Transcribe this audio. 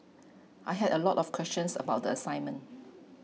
I had a lot of questions about the assignment